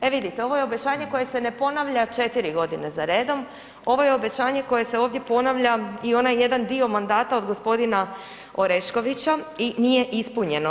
E vidite, ovo je obećanje koje se ne ponavlja četiri godine za redom, ovo je obećanje koje se ovdje ponavlja i onaj jedan dio mandata od gospodina Oreškovića i nije ispunjeno.